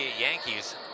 Yankees